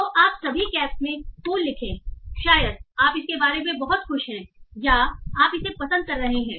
तो आप सभी कैप्स में कूल लिखें शायद आप इसके बारे में बहुत खुश हैं या आप इसे पसंद कर रहे हैं